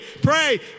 pray